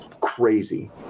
crazy